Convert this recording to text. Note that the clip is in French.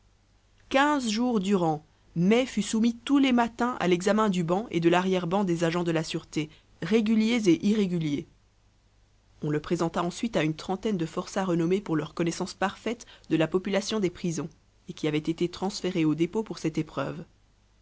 quinze jours durant mai fut soumis tous les matins à l'examen du ban et de larrière ban des agents de la sûreté réguliers et irréguliers on le présenta ensuite à une trentaine de forçats renommés pour leur connaissance parfaite de la population des prisons et qui avaient été transférés au dépôt pour cette épreuve